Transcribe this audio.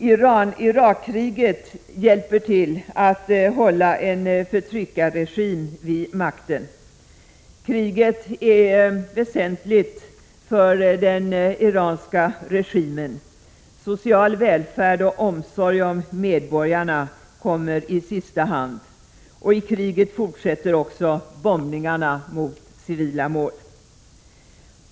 Iran-Irak-kriget hjälper till att hålla en förtryckarregim vid makten. Kriget är väsentligt för den iranska regimen. Social välfärd och omsorg om medborgarna kommer i sista hand, och i kriget fortsätter bombningarna mot civila mål.